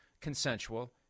consensual